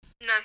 No